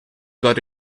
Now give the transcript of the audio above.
got